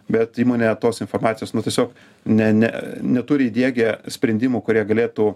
bet įmonė tos informacijos nu tiesiog ne ne neturi įdiegę sprendimų kurie galėtų